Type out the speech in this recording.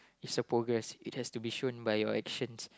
it's a progress it has to be shown by your actions